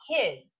kids